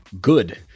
good